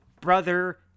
Brother